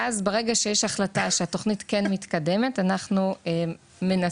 ואז ברגע שיש החלטה שהתוכנית כן מתקדמת אנחנו מנסים